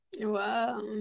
wow